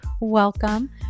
welcome